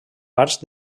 parts